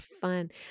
Fun